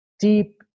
deep